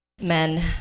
men